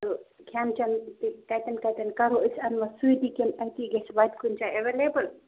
تہٕ کھٮ۪ن چٮ۪ن تہِ کَتٮ۪ن کَتٮ۪ن کَرَو أسۍ اَنوا سۭتی کِنہٕ اَتی گژھِ وَتہِ کُنہِ جایہِ اٮ۪ویلیبٕل